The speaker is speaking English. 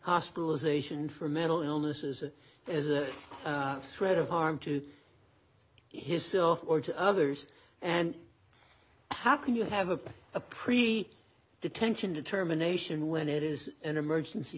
hospitalization for mental illnesses as a threat of harm to his self or to others and how can you have a pretty detention determination when it is an emergency